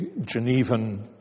Genevan